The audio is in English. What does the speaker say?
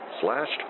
Slashed